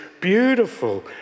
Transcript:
beautiful